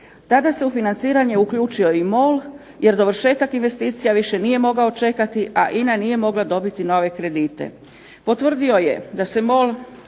Tada se u financiranje uključio i MOL jer dovršetak investicija više nije mogao čekati, a INA nije mogla dobiti nove kredite. Potvrdio je da se MOL